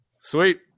Sweet